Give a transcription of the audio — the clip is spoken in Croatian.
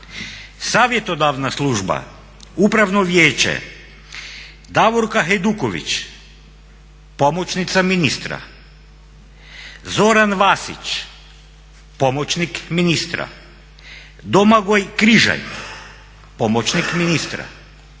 Savjetodavna služba, Upravno vijeće Davorka Hajduković, pomoćnica ministra, Zoran Vasić, pomoćnik ministra, Domagoj Križaj, pomoćnik ministra